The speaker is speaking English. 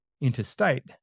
interstate